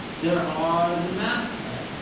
there are the masthead.